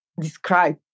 describe